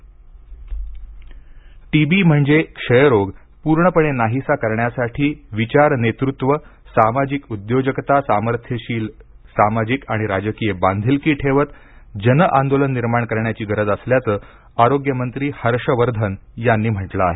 T B T B म्हणजे क्षयरोग पूर्णपणे नाहीसा करण्यासाठी विचार नेतृत्व सामाजिक उद्योजकता सामर्थ्यशाली सामाजिक आणि राजकीय बांधिलकी ठेवत जनआंदोलन निर्माण करण्याची गरज असल्याचं आरोग्य मंत्री हर्ष वर्धन यांनी म्हटलं आहे